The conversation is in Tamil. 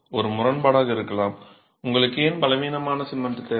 ஒரு முரண்பாடாக இருக்கலாம் உங்களுக்கு ஏன் பலவீனமான சிமெண்ட் தேவை